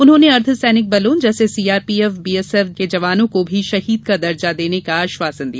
उन्होंने अर्द्वसैनिक बलों जैसे सीआरपीएफ बीएसएफ जवानों को भी शहीद का दर्जा देने का आश्वासन दिया